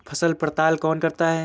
फसल पड़ताल कौन करता है?